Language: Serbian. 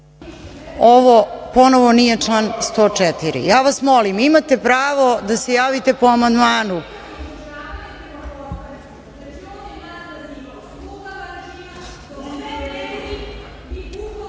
Ovo ponovo nije član 104.Ja vas molim, imate pravo da se javite po